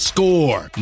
Score